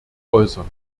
äußern